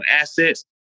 assets